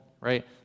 right